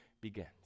begins